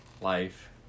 life